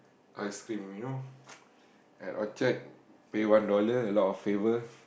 ice-cream you know at Orchard pay one dollar a lot of flavour